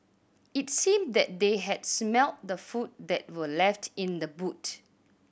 it seemed that they had smelt the food that were left in the boot